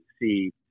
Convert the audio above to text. see